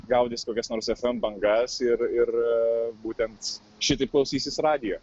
gaudys kokias nors fm bangas ir ir būtent šitaip klausysis radijo